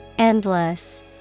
Endless